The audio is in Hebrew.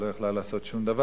היא לא יכלה לעשות שום דבר.